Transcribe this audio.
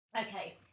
okay